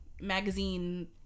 magazine